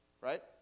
right